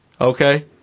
Okay